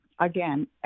again